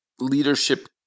leadership